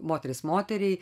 moteris moteriai